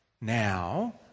Now